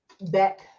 back